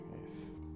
Yes